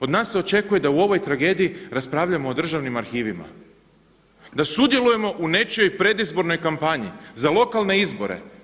Od nas se očekuje da u ovoj tragediji raspravljamo o državnim arhivima, da sudjelujemo u nečijoj predizbornoj kampanji za lokalne izbore.